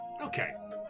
Okay